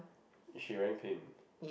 she wearing pink